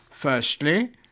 Firstly